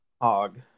hog